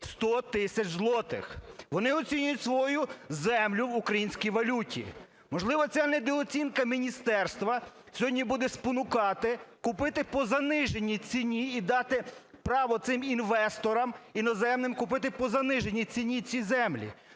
100 тисяч злотих. Вони оцінюють свою землю в українській валюті. Можливо, ця недооцінка міністерства сьогодні буде спонукати купити по заниженій ціні і дати право цим інвесторам іноземним купити по заниженій ціні ці землі.